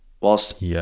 Whilst